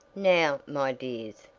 now, my dears,